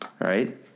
right